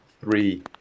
three